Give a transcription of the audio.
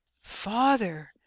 father